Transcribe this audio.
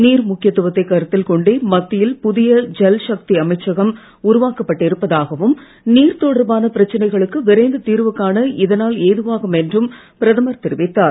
நீர் முக்கியத்துவத்தைக் கருத்தில் கொண்டே மத்தியில் புதிய ஜல் ஷக்தி அமைச்சகம் உருவாக்கப்பட்டு இருப்பதாகவும் நீர் தொடர்பான பிரச்சனைகளுக்கு விரைந்து தீர்வு காண இதனால் ஏதுவாகும் என்றும் பிரதமர் தெரிவித்தார்